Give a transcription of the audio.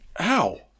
ow